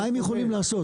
מה הם יכולים לעשות?